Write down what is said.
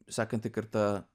sekantį karta